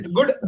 Good